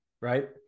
right